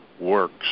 works